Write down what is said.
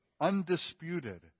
undisputed